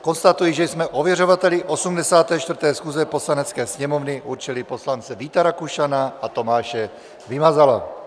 Konstatuji, že jsme ověřovateli 84. schůze Poslanecké sněmovny určili poslance Víta Rakušana a Tomáše Vymazala.